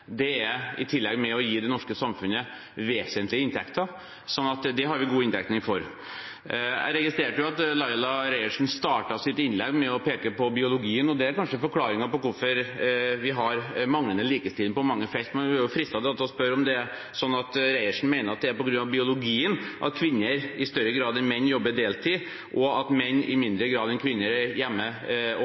Det er i tillegg med og gir det norske samfunnet vesentlige inntekter, så det har vi god inndekning for. Jeg registrerte at Laila Marie Reiertsen startet sitt innlegg med å peke på biologien, og at det kanskje er forklaringen på hvorfor vi har manglende likestilling på mange felt. Men da er jeg fristet til å spørre om det er sånn at Reiertsen mener at det er på grunn av biologien at kvinner i større grad enn menn jobber deltid, og at menn i mindre grad enn kvinner er hjemme og